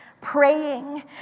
praying